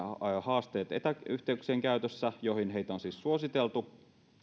haasteet etäyhteyksien käytössä joihin heitä on siis suositeltu